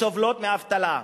וסובלות מאבטלה.